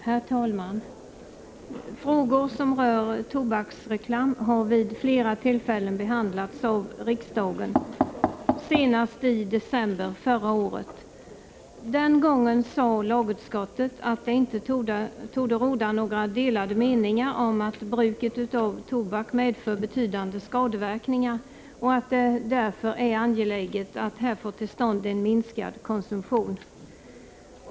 Herr talman! Frågor som rör tobaksreklam har vid flera tillfällen behandlats av riksdagen, senast i december förra året. Den gången sade lagutskottet att det inte torde råda några delade meningar om att bruket av tobak medför betydande skadeverkningar och att det därför är angeläget att få till stånd en minskad konsumtion.